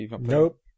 Nope